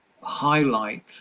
highlight